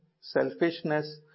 selfishness